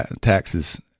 taxes